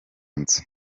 nzu